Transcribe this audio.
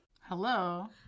Hello